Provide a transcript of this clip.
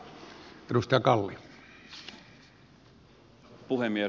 arvoisa puhemies